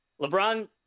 LeBron